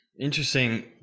Interesting